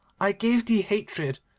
i gave thee hatred.